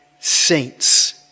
saints